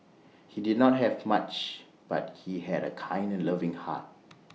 he did not have much but he had A kind and loving heart